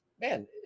man